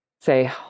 say